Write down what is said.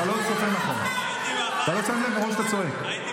אתה לא סופר נכון מרוב שאתה צועק.